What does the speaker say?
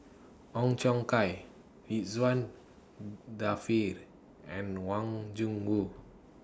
Ong Siong Kai Ridzwan Dzafir and Wang Gungwu